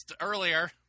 earlier